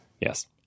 Yes